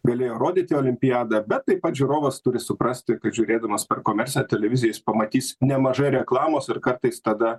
galėjo rodyti olimpiadą bet taip pat žiūrovas turi suprasti kad žiūrėdamas per komercinę televiziją jis pamatys nemažai reklamos ir kartais tada